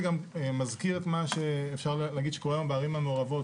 זה גם מזכיר את מה שאפשר להגיד שקורה היום בערים המעורבות.